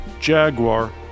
Jaguar